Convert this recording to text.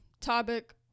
topic